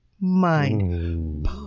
mind